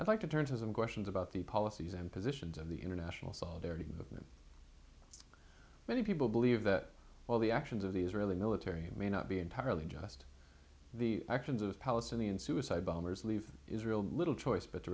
policies like to turn to some questions about the policies and positions of the international solidarity many people believe that while the actions of the israeli military may not be entirely just the actions of palestinian suicide bombers leave israel little choice but to